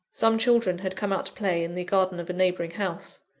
some children had come out to play in the garden of a neighbouring house.